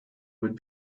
would